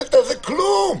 כלום,